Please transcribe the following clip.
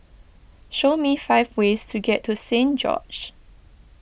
show me five ways to get to Saint George's